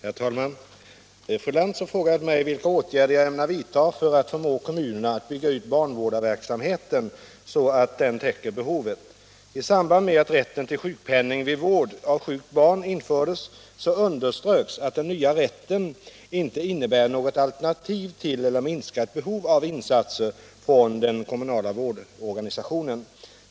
275, och anförde: Herr talman! Fru Lantz har frågat mig vilka åtgärder jag ämnar vidta för att förmå kommunerna att bygga ut barnvårdarverksamheten så att den täcker behovet. I samband med att rätten till sjukpenning vid vård av sjukt barn infördes underströks att den nya rätten inte innebär något alternativ till eller minskat behov av insatser från den kommunala vårdorganisationen.